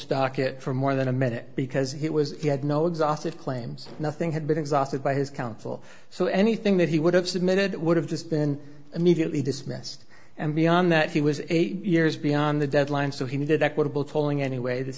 docket for more than a minute because it was he had no exhaustive claims nothing had been exhausted by his counsel so anything that he would have submitted would have just been immediately dismissed and beyond that he was eight years beyond the deadline so he needed equitable tolling anyway this